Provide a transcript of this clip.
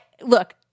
look